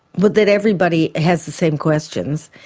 but that everybody has the same questions.